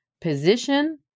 position